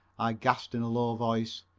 i gasped in a low voice.